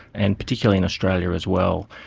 and particularly in australia as well.